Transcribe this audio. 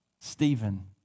Stephen